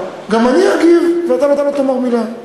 גם אני אגיב ואתה לא תאמר מילה.